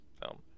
film